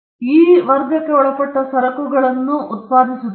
ಇದು ಹೆಚ್ಚಾಗಿ ಈ ವರ್ಗಕ್ಕೆ ಒಳಪಟ್ಟ ಸರಕುಗಳನ್ನು ಉತ್ಪಾದಿಸುತ್ತದೆ